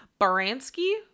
baranski